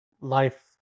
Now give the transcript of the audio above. life